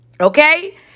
Okay